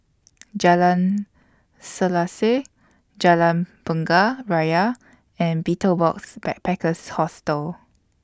Jalan Selaseh Jalan Bunga Raya and Betel Box Backpackers Hostel